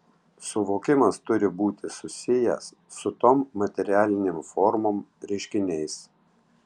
suvokimas turi būti susijęs su tom materialinėm formom reiškiniais